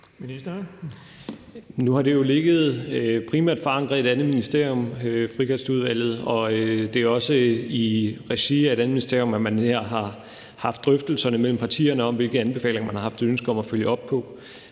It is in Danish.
jo primært ligget forankret i et andet ministerium, og det er også i regi af et andet ministerium, at man har haft drøftelser med partierne om, hvilke anbefalinger man har haft ønske om at følge op på.